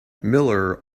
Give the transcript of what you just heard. miller